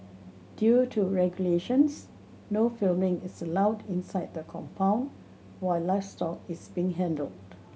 due to regulations no filming is allowed inside the compound while livestock is being handled